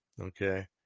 okay